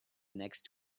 next